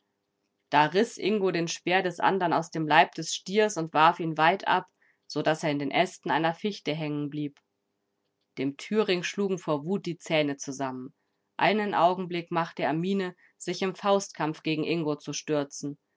da riß ingo den speer des andern aus dem leib des stiers und warf ihn weitab so daß er in den ästen einer fichte hängenblieb dem thüring schlugen vor wut die zähne zusammen einen augenblick machte er miene sich im faustkampf gegen ingo zu stürzen